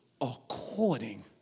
according